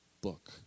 book